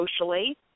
socially